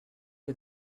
est